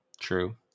True